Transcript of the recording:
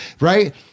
right